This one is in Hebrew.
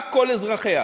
רק כל אזרחיה.